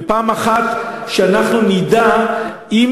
ושאנחנו נדע פעם אחת,